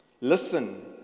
Listen